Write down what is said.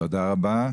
תודה רבה.